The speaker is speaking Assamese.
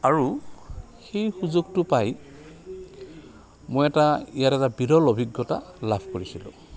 আৰু সেই সুযোগটো পাই মই এটা ইয়াত এটা বিৰল অভিজ্ঞতা লাভ কৰিছিলোঁ